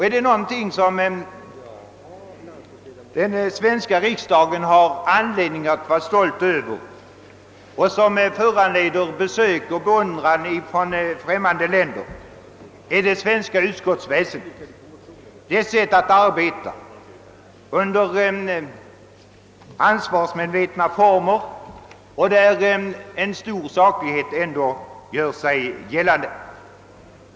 är det någonting som den svenska riksdagen har anledning att vara stolt över och som föranleder besök och beundran från främmande länder, så är det det svenska utskottsväsendet, utskottens sätt att arbeta under ansvarsmedvetna former, varvid stor saklighet gör sig gällande.